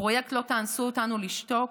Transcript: בפרויקט "לא תאנסו אותנו לשתוק"